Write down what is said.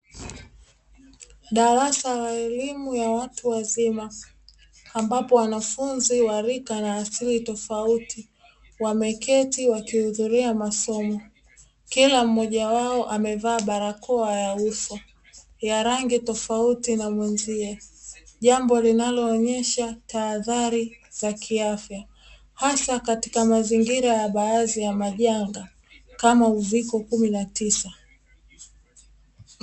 Darasa la elimu ya watu wazima, ambapo wanafunzi wa rika na asili tofauti wameketi wakihudhuria masomo. Kila mmoja wao amevaa barakoa ya uso ya rangi tofauti na mwenzie. Jambo linaloonyesha tahadhari za kiafya, hasa katika mazingira ya baadhi ya majanga kama uviko kumi na tisa.